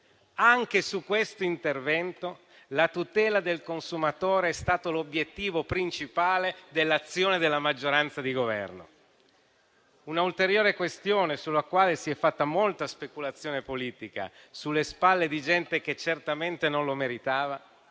Anche su questo intervento la tutela del consumatore è stata l'obiettivo principale dell'azione della maggioranza di Governo. Una ulteriore questione sulla quale si è fatta molta speculazione politica sulle spalle di gente che certamente non lo meritava